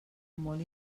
molt